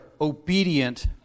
obedient